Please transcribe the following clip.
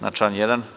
Na član 1?